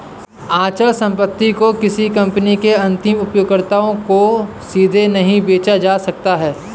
अचल संपत्ति को किसी कंपनी के अंतिम उपयोगकर्ताओं को सीधे नहीं बेचा जा सकता है